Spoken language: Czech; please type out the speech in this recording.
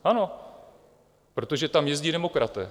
Ano, protože tam jezdí demokraté.